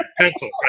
pencil